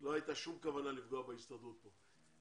לא הייתה שום כוונה לפגוע בהסתדרות פה.